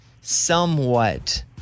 somewhat